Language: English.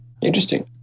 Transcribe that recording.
Interesting